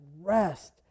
rest